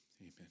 Amen